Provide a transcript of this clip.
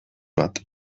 bat